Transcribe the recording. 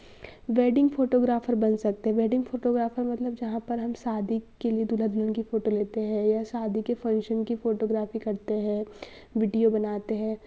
wedding photographer बन सकते हैं वैडिंग फोटोग्राफर मतलब जहाँ पर हम शादी के लिए दूल्हा दुल्हन की फोटो लेते हैं या शादी के फंक्शन की फोटोग्राफी करते हैं विडिओ बनाते हैं